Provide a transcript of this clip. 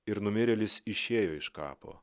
ir numirėlis išėjo iš kapo